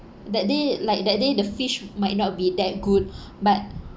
that day like that day the fish might not be that good but